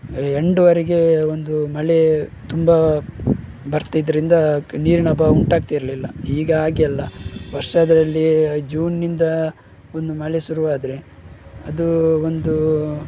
ಎಂಡ್ವರೆಗೆ ಒಂದು ಮಳೆ ತುಂಬ ಬರ್ತಿದ್ದರಿಂದ ನೀರಿನ ಅಭಾವ ಉಂಟಾಗ್ತಿರಲಿಲ್ಲ ಈಗ ಹಾಗೆ ಅಲ್ಲ ವರ್ಷದಲ್ಲಿ ಜೂನ್ನಿಂದ ಒಂದು ಮಳೆ ಶುರು ಆದರೆ ಅದು ಒಂದು